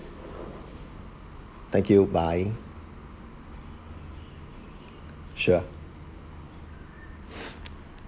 thank you bye sure